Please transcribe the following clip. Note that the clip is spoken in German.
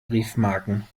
briefmarken